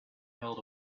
held